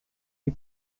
you